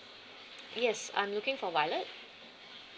yes I'm looking for violet